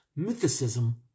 mythicism